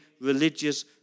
religious